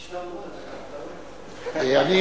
השלמנו את הדקה, אתה רואה?